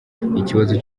ikibazo